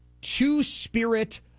two-spirit